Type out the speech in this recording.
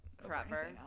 Forever